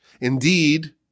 Indeed